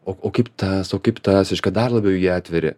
o o kaip tas o kaip tas reiškia dar labiau jį atveri